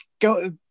go